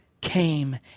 came